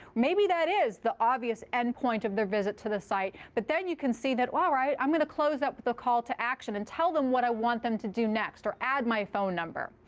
maybe that is the obvious endpoint of their visit to the site. but then you can see that, all right. i'm going to close up the call to action and tell them what i want them to do next, or add my phone number.